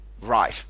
right